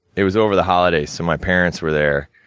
it was over the holidays, so my parents were there.